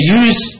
use